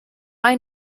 ein